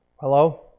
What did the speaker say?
Hello